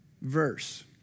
verse